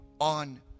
on